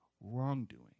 wrongdoing